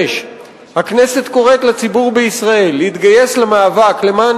6. הכנסת קוראת לציבור בישראל להתגייס למאבק למען